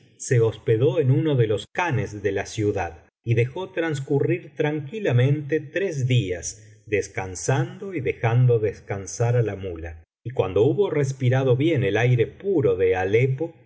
se hospedó en uno de los khanes de la ciudad y dejó transcurrir tranquilamente tres días descansando y dejando descansar á la muía y cuando hubo respirado bien el aire puro de ale